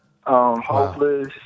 hopeless